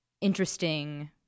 interesting